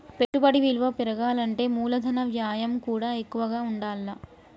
పెట్టుబడి విలువ పెరగాలంటే మూలధన వ్యయం కూడా ఎక్కువగా ఉండాల్ల